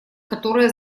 которая